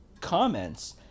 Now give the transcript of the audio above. comments